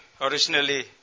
originally